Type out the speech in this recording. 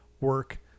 work